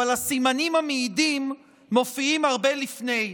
אבל הסימנים המעידים מופיעים הרבה לפני,